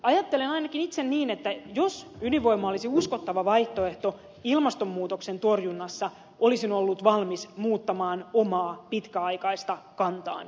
ajattelen ainakin itse niin että jos ydinvoima olisi uskottava vaihtoehto ilmastonmuutoksen torjunnassa olisin ollut valmis muuttamaan omaa pitkäaikaista kantaani